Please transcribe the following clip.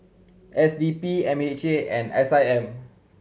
S D P M H A and S I M